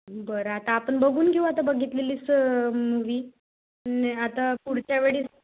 बरं आता आपण बघून घेऊ आता बघितलेलीच मूवी आता पुढच्या वेळेस